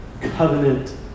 covenant